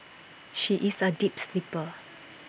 she is A deep sleeper